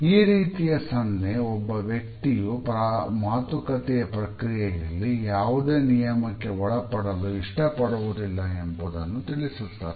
ಈ ರೀತಿಯ ಸನ್ನೆ ಒಬ್ಬ ವ್ಯಕ್ತಿಯು ಮಾತುಕತೆಯ ಪ್ರಕ್ರಿಯೆಯಲ್ಲಿ ಯಾವುದೇ ನಿಯಮಕ್ಕೆ ಒಳಪಡಲು ಇಷ್ಟಪಡುವುದಿಲ್ಲ ಎಂಬುದನ್ನು ತಿಳಿಸುತ್ತದೆ